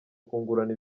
kungurana